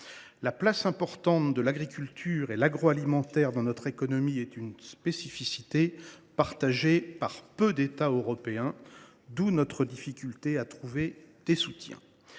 La place importante de l’agriculture et de l’agroalimentaire dans notre économie est une spécificité partagée par peu d’États européens, d’où notre difficulté à trouver des soutiens.